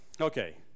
Okay